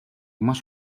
маш